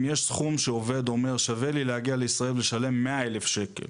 אם יש סכום שעובד אומר שווה לי להגיע לישראל ולשלם 100,000 שקלים,